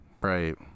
right